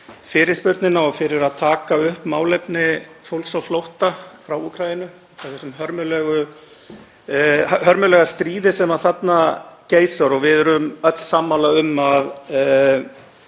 fyrirspurnina og fyrir að taka upp málefni fólks á flótta frá Úkraínu út af þessu hörmulega stríði sem þarna geisar og við erum öll sammála um að